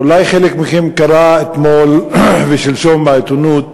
אולי חלק מכם קרא אתמול ושלשום בעיתונות